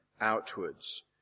outwards